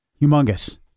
Humongous